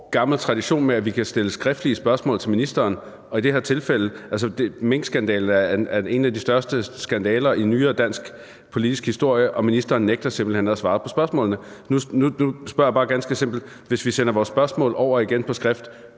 gammel, tradition for, at vi kan stille skriftlige spørgsmål til ministeren, og minkskandalen er en af de største skandaler i nyere dansk politisk historie, og ministeren nægter simpelt hen at svare på spørgsmålene. Nu spørger jeg bare ganske simpelt: Hvis vi sender vores spørgsmål over igen på skrift,